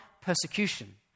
persecution